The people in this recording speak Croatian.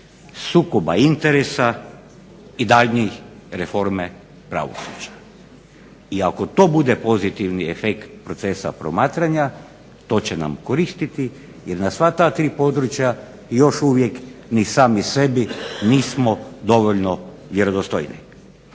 sukoba interesa i daljnje reforme pravosuđa. I ako to bude pozitivni efekt procesa promatranja to će nam koristiti jer na sva ta tri područja još uvijek ni sami sebi nismo dovoljno vjerodostojni.